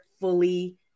fully